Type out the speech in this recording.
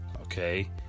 Okay